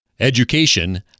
education